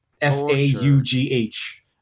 F-A-U-G-H